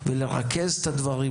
ולרכז את הדברים?